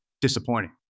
disappointing